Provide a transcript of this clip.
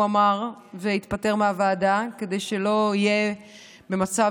הוא אמר והתפטר מהוועדה כדי שלא יהיה במצב